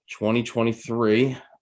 2023